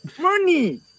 money